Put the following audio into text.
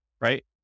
right